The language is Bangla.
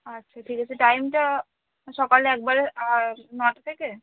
আচ্ছা ঠিক আছে টাইমটা সকালে একবারে নটা থেকে